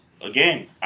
again